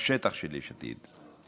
לשטח של יש עתיד.